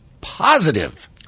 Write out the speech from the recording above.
positive